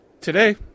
today